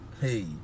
hey